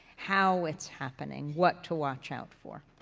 how it's happening, what to watch out for.